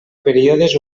períodes